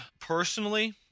personally